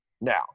now